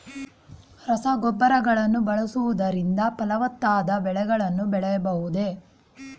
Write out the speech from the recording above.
ರಸಗೊಬ್ಬರಗಳನ್ನು ಬಳಸುವುದರಿಂದ ಫಲವತ್ತಾದ ಬೆಳೆಗಳನ್ನು ಬೆಳೆಯಬಹುದೇ?